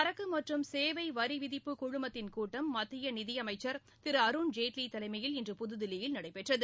சரக்கு மற்றும் சேவை வரி விதிப்புக் குழுமத்தின் கூட்டம் மத்திய நிதி அமைச்சர் திரு அருண்ஜேட்லி தலைமையில் இன்று புதுதில்லியில் நடைபெற்றது